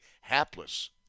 hapless